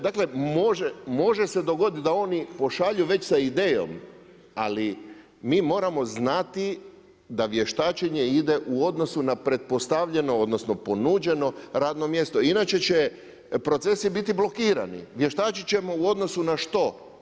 Dakle može se dogoditi da oni pošalju već sa idejom ali mi moramo znati da vještačenje ide u odnosu na pretpostavljeno, odnosno ponuđeno radno mjesto inače će procesi biti blokirani, vještačiti ćemo u odnosu na što?